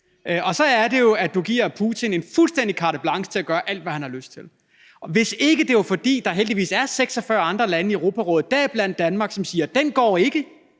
Og så er det jo, at du giver Putin fuldstændig carte blanche til at gøre alt, hvad han har lyst til – hvis ikke det var, fordi der heldigvis er 46 andre lande i Europarådet, deriblandt Danmark, som siger: Den går ikke;